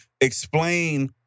Explain